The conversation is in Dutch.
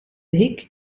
hik